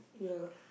ya